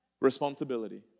responsibility